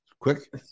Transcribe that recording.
quick